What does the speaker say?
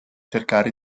cercare